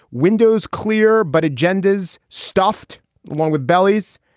windows clear, but agendas stuffed along with bellies.